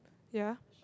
ya